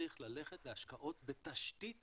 צריך ללכת להשקעות בתשתית